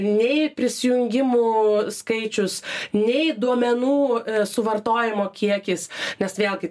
nei prisijungimų skaičius nei duomenų suvartojimo kiekis nes vėlgi